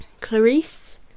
Clarice